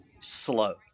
slow